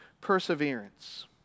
perseverance